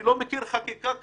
אני לא מכיר חקיקה כזו,